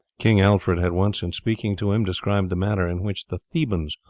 king alfred had once, in speaking to him, described the manner in which the thebans,